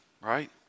right